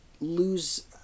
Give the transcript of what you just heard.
lose